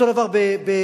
אותו דבר ביוון,